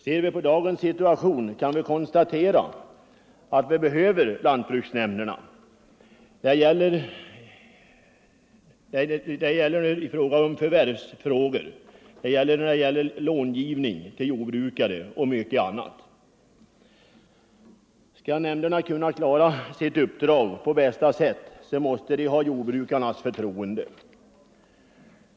Ser vi på dagens situation kan vi konstatera att lantbruksnämnderna behövs när det gäller förvärvsfrågor, långivning till jordbrukare och mycket annat. Skall nämnderna kunna klara sitt uppdrag på bästa sätt, måste de ha jordbrukarnas förtroende.